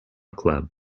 club